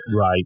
Right